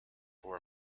for